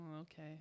okay